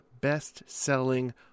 best-selling